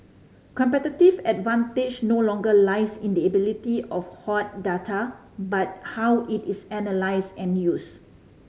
competitive advantage no longer lies in the ability of hoard data but how it is analysed and used